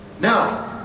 Now